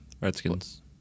Redskins